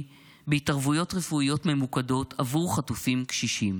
בהתערבויות רפואיות ממוקדות עבור חטופים קשישים.